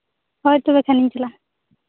ᱦᱳᱭ ᱛᱚᱵᱮ ᱠᱷᱟᱹᱱᱤᱧ ᱪᱟᱞᱟᱜᱼᱟ